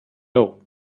low